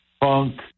funk